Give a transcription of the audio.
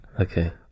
Okay